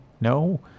no